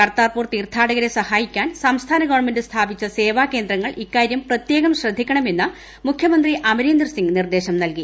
കർത്താർപൂർ തീർത്ഥാടകരെ സഹായിക്കാൻ സംസ്ഥാന ്ഗവൺമെന്റ് സ്ഥാപിച്ച സേവാ കേന്ദ്രങ്ങൾ ഇക്കാര്യം പ്രത്യേകം ശ്രദ്ധിക്കണമെന്ന് മുഖ്യമന്ത്രി അമരീന്ദർ സിങ് നിർദ്ദേശം നൽകി